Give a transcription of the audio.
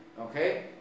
okay